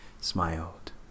smiled